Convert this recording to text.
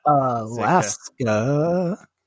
Alaska